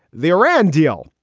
the iran deal.